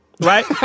right